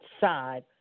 side